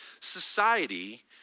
society